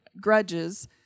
grudges